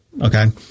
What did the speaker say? okay